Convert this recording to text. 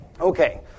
Okay